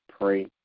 pray